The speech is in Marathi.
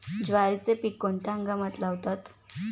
ज्वारीचे पीक कोणत्या हंगामात लावतात?